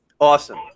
Awesome